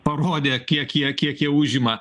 parodė kiek jie kiek jie užima